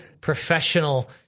professional